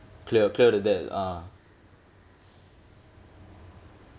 clear clear the debt ah